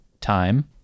time